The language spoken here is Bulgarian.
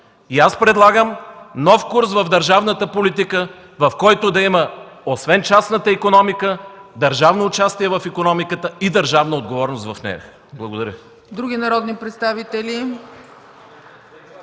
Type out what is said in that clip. е. Аз предлагам нов курс в държавата политика, в който да има, освен частната икономика, държавно участие в икономиката и държавна отговорност в нея. Благодаря. (Ръкопляскания